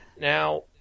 Now